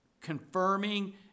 confirming